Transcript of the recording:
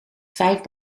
vijf